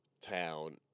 town